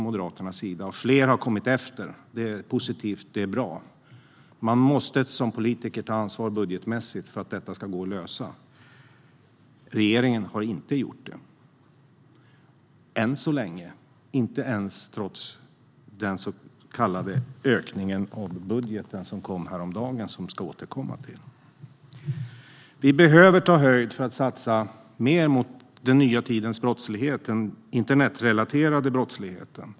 Flera har kommit efter. Det är positivt; det är bra. Man måste som politiker ta budgetmässigt ansvar för att detta ska gå att lösa. Regeringen har inte gjort det - än så länge - trots den så kallade ökningen av budgeten som kom häromdagen, som jag ska återkomma till. Vi behöver ta höjd för att satsa mer mot den nya tidens brottslighet, den internetrelaterade brottsligheten.